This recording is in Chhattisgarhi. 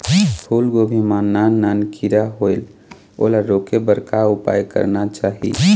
फूलगोभी मां नान नान किरा होयेल ओला रोके बर का उपाय करना चाही?